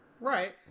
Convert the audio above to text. Right